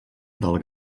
del